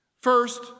First